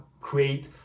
create